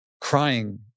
crying